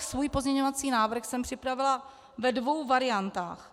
Svůj pozměňovací návrh jsem připravila ve dvou variantách.